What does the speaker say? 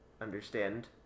understand